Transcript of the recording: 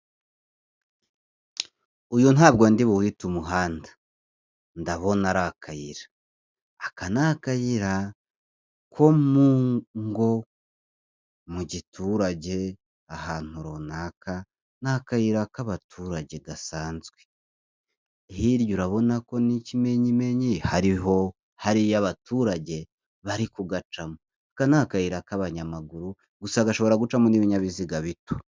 Uyu ntabwo ndi buwite umuhanda, ndabona ar'akayira, aka n'akayira ko mu ngo mu giturage ahantu runaka, n'akayira k'abaturage gasanzwe hirya urabona ko n'ikimenyimenyi hariho hariya abaturage bari kugacamo. Aka n'akayira k'abanyamaguru gusa gashobora gucamo n'ibinyabiziga bito.